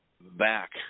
back